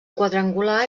quadrangular